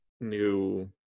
new